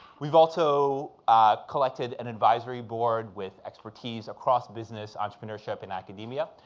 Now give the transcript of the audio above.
we've also collected an advisory board with expertise across business, entrepreneurship and academia,